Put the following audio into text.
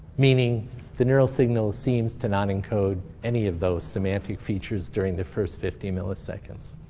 meaning the neural signals seems to not encode any of those semantic features during the first fifty milliseconds.